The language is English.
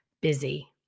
busy